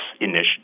initiative